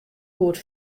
goed